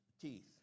teeth